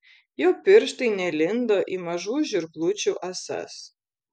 jo pirštai nelindo į mažų žirklučių ąsas